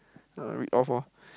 ah read off loh